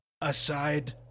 Aside